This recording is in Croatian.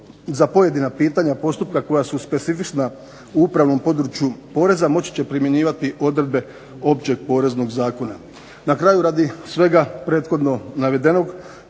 za pojedina pitanja postupka koja su specifična u upravnom području poreza moći će primjenjivati odredbe Općeg poreznog zakona. Na kraju radi svega prethodno navedenog